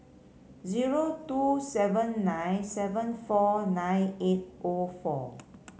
zero two seven nine seven four nine eight O four